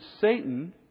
Satan